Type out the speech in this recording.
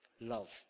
love